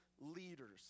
leaders